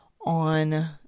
on